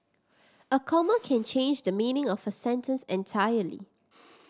a comma can change the meaning of a sentence entirely